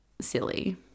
silly